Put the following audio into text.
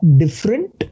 different